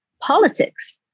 politics